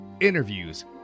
interviews